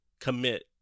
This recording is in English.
commit